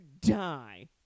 die